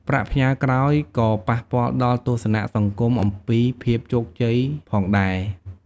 ប្រាក់ផ្ញើក្រោយក៏ប៉ះពាល់ដល់ទស្សនៈសង្គមអំពីភាពជោគជ័យផងដែរ។